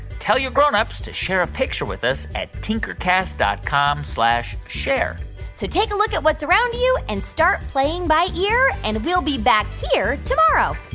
tell your grown-ups to share a picture with us at tinkercast dot com share so take a look at what's around you and start playing by ear. and we'll be back here tomorrow